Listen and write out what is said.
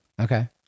Okay